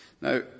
Now